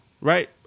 right